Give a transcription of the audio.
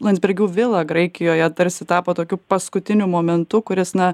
landsbergių vilą graikijoje tarsi tapo tokiu paskutiniu momentu kuris na